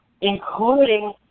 including